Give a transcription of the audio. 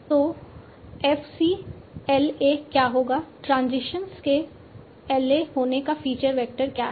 तो f c LA क्या होगा ट्रांजिशन के LA होने पर फीचर वेक्टर क्या है